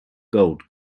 gold